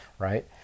right